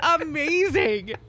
amazing